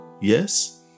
Yes